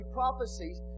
prophecies